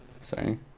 Sorry